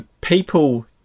people